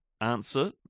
answer